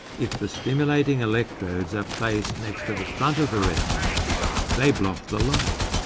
if the stimulating electrodes are placed next to the front of the retina they block the light,